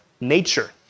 nature